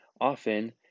often